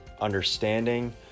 understanding